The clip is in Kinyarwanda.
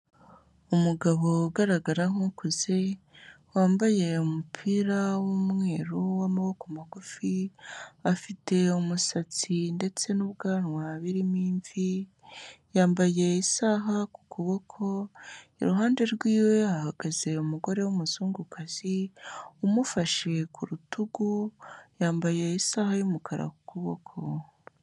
Umugabo ugaragara nkukuze wambaye umupira w'umweru w'amaboko magufi afite umusatsi ndetse n'ubwanwa birimo imvi yambaye isaha ku kuboko iruhande rwiwe hahagaze umugore w'umuzungukazi umufashe ku rutugu yambaye isaha y'umukara ku kuboko.